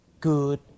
good